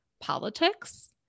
politics